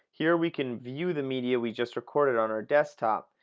here we can view the media we just recorded on our desktop.